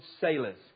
sailors